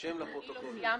אנחנו עדיין